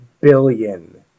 billion